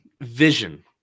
vision